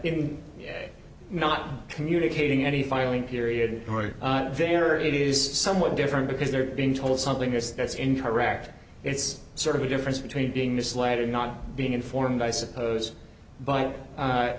not communicating any filing period they are it is somewhat different because they're being told something yes that's incorrect it's sort of a difference between being misled or not being informed i suppose but